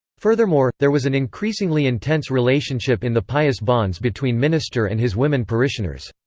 furthermore, there was an increasingly intense relationship in the pious bonds between minister and his women parishioners.